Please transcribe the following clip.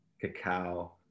cacao